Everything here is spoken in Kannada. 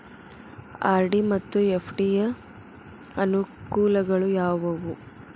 ಆರ್.ಡಿ ಮತ್ತು ಎಫ್.ಡಿ ಯ ಅನುಕೂಲಗಳು ಯಾವವು?